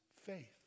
faith